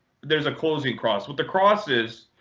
there's a closing cross. with the crosses,